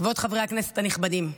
כבוד חברי הכנסת הנכבדים,